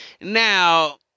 now